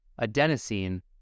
adenosine